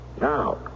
Now